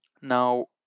Now